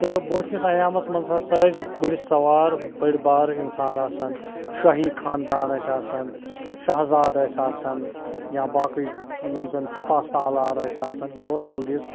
تہٕ برٛوٗنٛٹھمِس اَیامَس مَنٛز ہَسا ٲسۍ گُرۍ سوار بٔڑۍ بارٕ انسان آسان شٲہی خانٛدان ٲسۍ آسان شاہزاد ٲسۍ آسان یا باقٕے یم زَن سِپاہ سالار ٲسۍ آسان یہِ اوس گُرِس